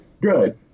Good